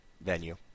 venue